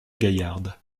gaillarde